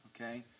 okay